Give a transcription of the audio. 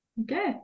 Okay